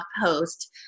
post